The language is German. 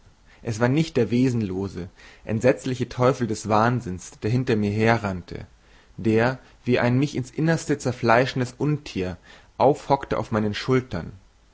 es war nicht der wesenlose entsetzliche teufel des wahnsinns der hinter mir herrante der wie ein mich bis ins innerste zerfleischendes untier aufhockte auf meinen schultern